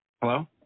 Hello